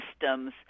systems